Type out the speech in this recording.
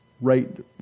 right